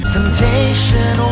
Temptation